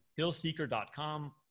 hillseeker.com